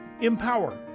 Empower